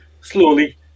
slowly